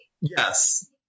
Yes